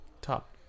top